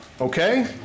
Okay